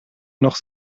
noch